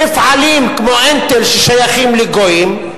מפעלים כמו "אינטל", ששייכים לגויים,